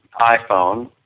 iPhone